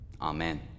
Amen